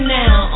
now